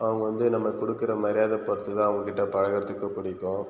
அவங்க வந்து நம்ம கொடுக்குற மரியாதை பொருத்து தான் அவங்ககிட்ட பழகுறதுக்கு பிடிக்கும்